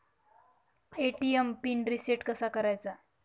ATM pin reset कसा करायचा?